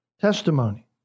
Testimony